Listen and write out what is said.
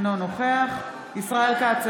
אינו נוכח ישראל כץ,